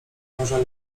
może